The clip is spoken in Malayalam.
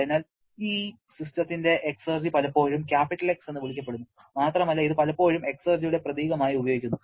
അതിനാൽ ഈ സിസ്റ്റത്തിന്റെ എക്സർജി പലപ്പോഴും X എന്ന് വിളിക്കപ്പെടുന്നു മാത്രമല്ല ഇത് പലപ്പോഴും എക്സർജിയുടെ പ്രതീകമായി ഉപയോഗിക്കുന്നു